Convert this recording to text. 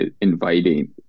inviting